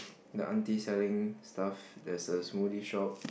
the aunty selling stuff there's a smoothie shop